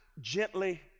gently